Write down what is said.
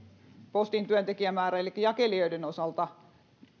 postin työntekijämäärän elikkä jakelijoiden osalta